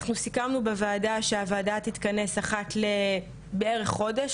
אנחנו סכמנו בוועדה שהוועדה תתכנס אחת לבערך חודש,